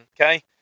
okay